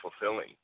fulfilling